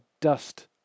dust